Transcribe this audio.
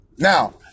Now